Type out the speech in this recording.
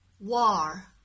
War